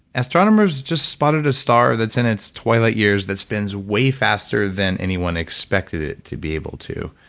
astronomers just spotted a star that's in its twilight years that spins way faster than anyone expected it to be able to.